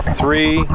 three